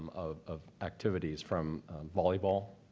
um of of activities from volleyball,